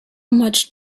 much